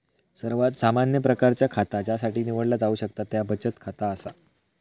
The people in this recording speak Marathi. सर्वात सामान्य प्रकारचा खाता ज्यासाठी निवडला जाऊ शकता त्या बचत खाता असा